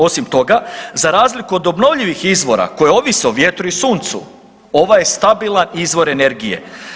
Osim toga, za razliku od obnovljivih izvora koji ovise o vjetru i suncu ovaj je stabilan izvor energije.